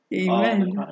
Amen